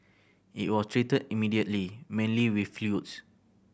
it was treated immediately mainly with fluids